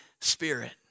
Spirit